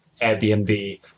airbnb